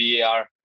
VAR